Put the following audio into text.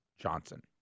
Johnson